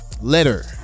letter